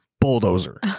bulldozer